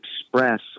express